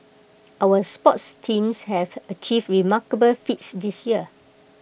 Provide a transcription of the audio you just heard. our sports teams have achieved remarkable feats this year